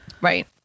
Right